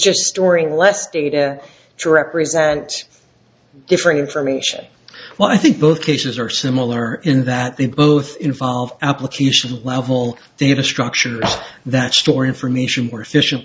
just storing less data to represent different information well i think both cases are similar in that they both involve application level they have a structure that store information more efficient